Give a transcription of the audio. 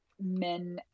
men